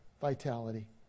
vitality